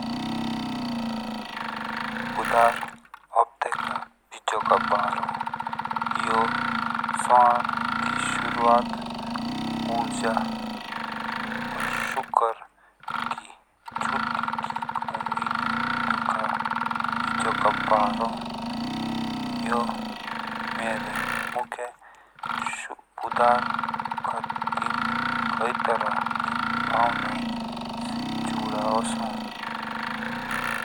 बुधार हफते का बीचो का बार हो यो सवार की सुरात उर्जा और सुकर की छुट्टी की उम्मीद का बेंचों का बार हो। यह मेरे मुक्ये बुदार का दिन कै त्रा की भावना से जुड़ा ओसो।